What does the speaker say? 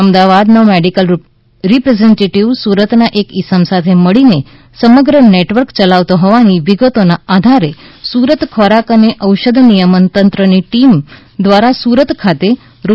અમદાવાદનો medical representative સુરતના એક ઇસમ સાથે મળીને સમગ્ર નેટવર્ક ચલાવતો હોવાની વિગતોના આધારે સુરત ખોરાક અને ઔષધ નિયમનતંત્રની ટીમ દ્વારાસુરત ખાતેથી રૂ